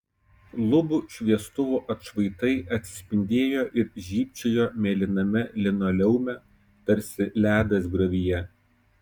lubų šviestuvų atšvaitai atsispindėjo ir žybčiojo mėlyname linoleume tarsi ledas griovyje